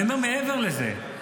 מעבר לזה,